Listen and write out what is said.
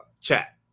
chat